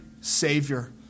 Savior